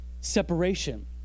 separation